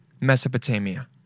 Mesopotamia